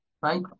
right